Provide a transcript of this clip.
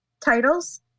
Titles